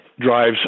drives